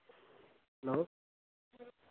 hello